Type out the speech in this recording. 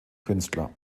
künstler